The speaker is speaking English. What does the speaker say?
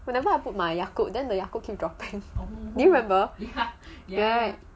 whenever I put my yakult then my yakult keep dropping do you remember